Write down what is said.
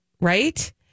right